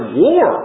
war